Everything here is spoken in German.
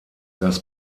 das